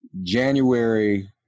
January